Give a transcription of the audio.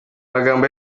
magambo